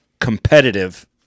competitive